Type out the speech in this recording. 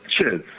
Cheers